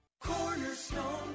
cornerstone